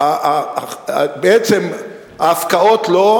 בעצם ההפקעות לא,